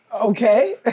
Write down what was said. Okay